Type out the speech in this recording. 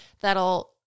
that'll